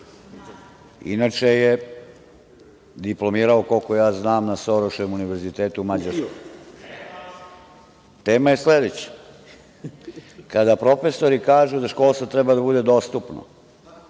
Inače je diplomirao, koliko ja znam, na Soroševom univerzitetu u Mađarskoj. Tema je sledeća. Kada profesori kažu da školstvo treba da bude dostupno,